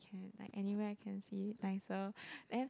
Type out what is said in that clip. like anywhere can see nicer and then